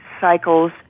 cycles